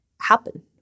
happen